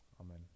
Amen